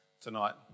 tonight